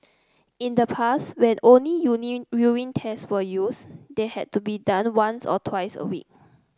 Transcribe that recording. in the past when only union urine tests were used they had to be done once or twice a week